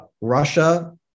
Russia